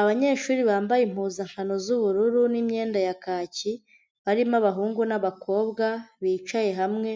Abanyeshuri bambaye impuzankano z'ubururu n'imyenda ya kacyi, harimo abahungu n'abakobwa, bicaye hamwe,